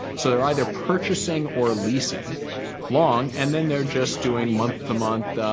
so they're either purchasing or leasing long. and then they're just doing month-to-month